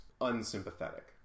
unsympathetic